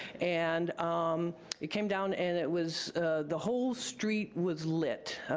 and um it came down and it was the whole street was lit,